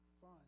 Fun